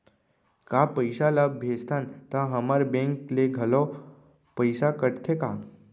का पइसा ला भेजथन त हमर बैंक ले घलो पइसा कटथे का?